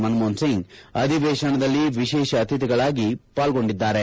ಮನಮೋಹನ್ ಸಿಂಗ್ ಅಧಿವೇಶನದಲ್ಲಿ ವಿಶೇಷ ಅತಿಥಿಗಳಾಗಿ ಪಾಲ್ಗೊಂಡಿದ್ದಾರೆ